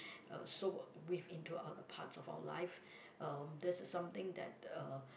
uh so with into a parts of our life uh that's something that uh